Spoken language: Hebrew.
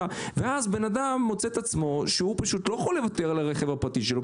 ואז בן אדם מוצא שהוא לא יכול לוותר על הרכב הפרטי שלו,